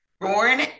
born